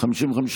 לא נתקבלה.